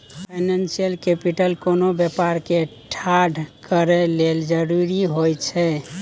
financial capital कोनो व्यापार के ठाढ़ करए लेल जरूरी होइ छइ